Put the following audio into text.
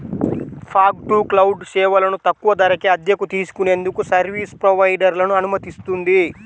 fog to cloud సేవలను తక్కువ ధరకే అద్దెకు తీసుకునేందుకు సర్వీస్ ప్రొవైడర్లను అనుమతిస్తుంది